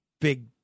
big